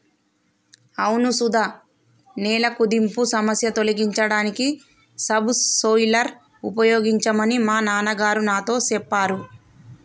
అవును సుధ నేల కుదింపు సమస్య తొలగించడానికి సబ్ సోయిలర్ ఉపయోగించమని మా నాన్న గారు నాతో సెప్పారు